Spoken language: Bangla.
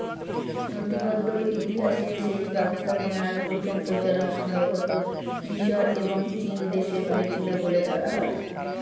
নথিবদ্ধ ইতিহাসে সেচ ব্যবস্থাপনার প্রথম প্রচলন সম্ভবতঃ মিশর এবং চীনদেশে হয়েছিল বলে ধরা হয়